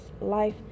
life